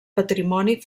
patrimoni